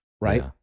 right